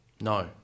No